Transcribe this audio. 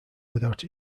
without